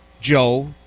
Joe